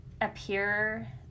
appear